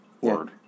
Word